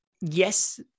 Yes